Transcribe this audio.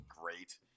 great